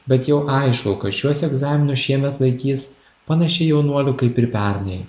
bet jau aišku kad šiuos egzaminus šiemet laikys panašiai jaunuolių kaip ir pernai